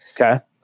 Okay